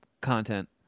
content